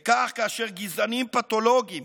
וכך, כאשר גזענים פתולוגיים